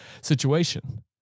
situation